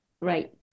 right